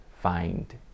find